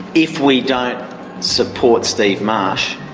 if we don't support steve marsh,